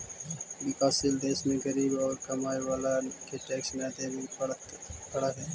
विकासशील देश में गरीब औउर कमाए वाला के टैक्स न देवे पडऽ हई